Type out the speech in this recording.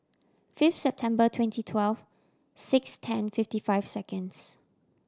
fifth September twenty twelve six ten fifty five seconds